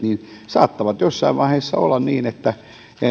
saattavat jossain vaiheessa olla